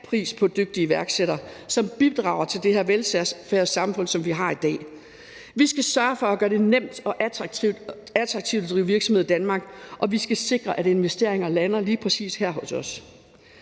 pris på dygtige iværksættere, som bidrager til det her velfærdssamfund, som vi har i dag. Vi skal sørge for at gøre det nemt og attraktivt at drive virksomhed i Danmark, og vi skal sikre, at investeringer lander lige præcis her hos os.